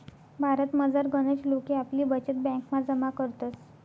भारतमझार गनच लोके आपली बचत ब्यांकमा जमा करतस